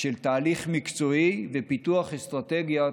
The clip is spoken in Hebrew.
תהליך מקצועי ופיתוח אסטרטגיות